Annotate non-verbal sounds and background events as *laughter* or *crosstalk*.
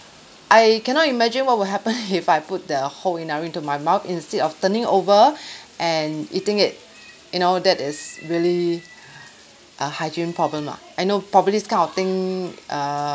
I cannot imagine what will *laughs* happen if I put the whole inari into my mouth instead of turning it over *breath* and eating it you know that is really *breath* a hygiene problem lah I know probably this kind of thing err